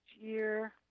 year